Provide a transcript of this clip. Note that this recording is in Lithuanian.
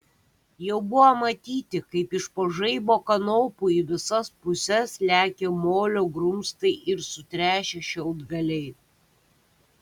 jau buvo matyti kaip iš po žaibo kanopų į visas puses lekia molio grumstai ir sutrešę šiaudgaliai